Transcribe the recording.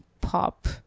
pop